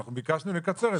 ביקשנו לקצר את זה.